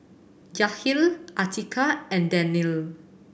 Yahya Atiqah and Daniel